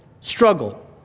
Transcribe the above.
struggle